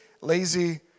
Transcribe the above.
lazy